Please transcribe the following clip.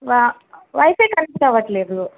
వా వాయిసే కనెక్ట్ అవ్వట్లేదు